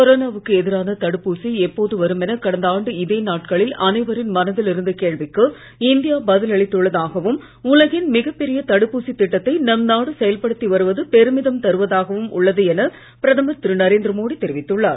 கொரோனாவுக்கு எதிரான தடுப்பூசி எப்போது வரும் என கடந்த ஆண்டு இதே நாட்களில் அனைவரின் மனதில் இருந்த கேள்விக்கு இந்தியா பதில் அளித்துள்ளதாகவும் உலகின் மிகப் பெரிய தடுப்பூசி திட்டத்தை நம் நாடு செயல்படுத்தி வருவது பெருமிதம் தருவதாகவும் உள்ளது என பிரதமர் திரு நரேந்திர மோடி தெரிவித்துள்ளார்